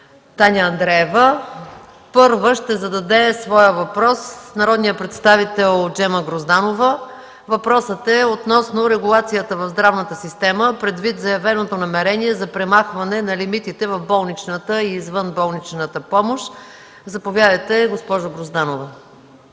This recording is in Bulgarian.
Таня Андреева. Първа ще зададе своя въпрос народният представител Джема Грозданова относно регулацията в здравната система, предвид заявеното намерение за премахване на лимитите в болничната и извънболничната помощ. Заповядайте, госпожо Грозданова.